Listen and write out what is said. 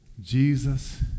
Jesus